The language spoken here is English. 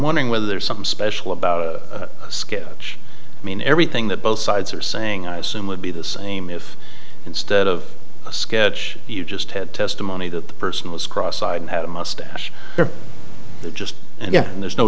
wondering whether there's something special about a sketch i mean everything that both sides are saying i assume would be the same if instead of a sketch you just had testimony that the person was cross eyed and had a mustache there just